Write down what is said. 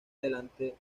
delante